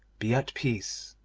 be at peace